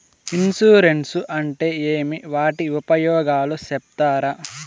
Insurance అంటే ఏమి? వాటి ఉపయోగాలు సెప్తారా?